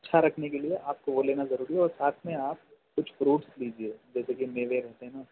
اچھا رکھنے کے لئے آپ کو وہ لینا ضروری ہے اور ساتھ میں آپ کچھ فروٹس لیجیے جیسے کہ میوے رہتے ہیں نا